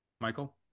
Michael